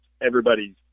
Everybody's